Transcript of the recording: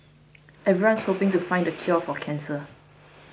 everyone's hoping to find the cure for cancer